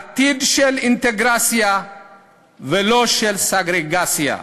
עתיד של אינטגרציה ולא של סגרגציה,